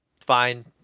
fine